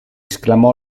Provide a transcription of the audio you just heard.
esclamò